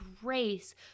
grace